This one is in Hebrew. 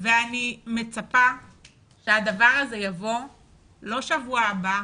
ואני מצפה שהדבר הזה יבוא לא בשבוע הבא.